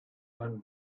one